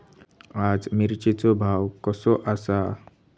आज मिरचेचो भाव कसो आसा?